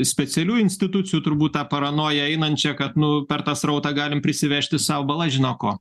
specialių institucijų turbūt tą paranoją einančią kad nu per tą srautą galim prisivežti sau bala žino ko